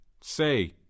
Say